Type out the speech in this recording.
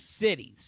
cities